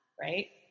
right